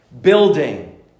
building